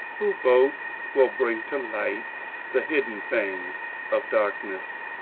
who both will bring to light the hidden things of darkness,